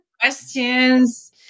questions